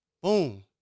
Boom